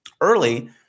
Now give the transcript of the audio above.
early –